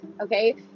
okay